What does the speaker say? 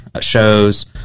shows